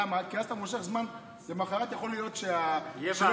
כל חברי סיעת המחנה הממלכתי, את כל הזמן שהיה להם